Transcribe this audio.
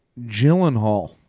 Gyllenhaal